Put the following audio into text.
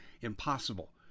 impossible